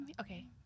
Okay